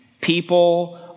people